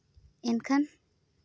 ᱮᱱᱠᱷᱟᱱ